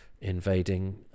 invading